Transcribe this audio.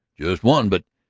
just one. but.